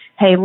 Hey